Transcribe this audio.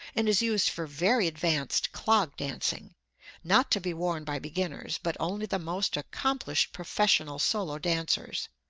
and is used for very advanced clog dancing not to be worn by beginners, but only the most accomplished professional solo dancers.